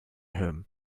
him